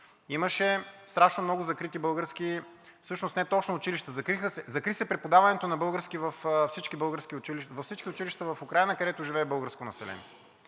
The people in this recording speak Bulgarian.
Имаше страшно много закрити български – всъщност не точно училища, закри се преподаването на български във всички училища в Украйна, където живее българско население.